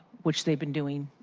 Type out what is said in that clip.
which they've been doing.